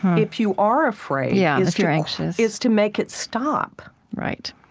if you are afraid, yeah, if you're anxious is to make it stop right,